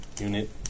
unit